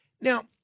Now